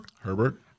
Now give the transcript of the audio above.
Herbert